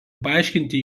paaiškinti